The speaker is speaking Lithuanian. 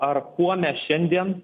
ar kuo mes šiandien